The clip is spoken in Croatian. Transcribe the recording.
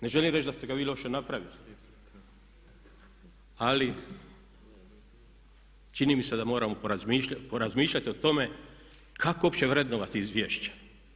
Ne želim reći da ste ga vi loše napravili, ali čini mi se da moramo porazmišljati o tome kako opće vrednovati izvješće.